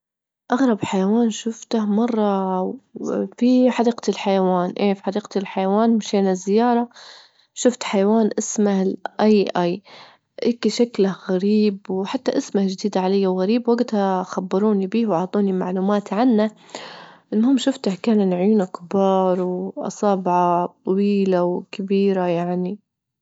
أغرب حيوان شفته مرة في حديقة الحيوان، إيه في حديقة الحيوان مشينا زيارة شفت حيوان اسمه الأي أي، هيكي شكله غريب وحتى اسمه جديد علي وغريب، وجتها خبروني به وأعطوني معلومات عنه، المهم شفته كان إن عيونه كبار، وأصابعه طويلة وكبيرة يعني.